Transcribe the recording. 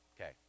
Okay